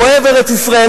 אוהב ארץ-ישראל,